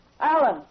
Alan